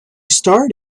starred